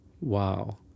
Wow